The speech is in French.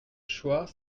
choix